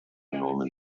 norman